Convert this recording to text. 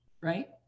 right